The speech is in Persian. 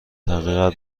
حقیقت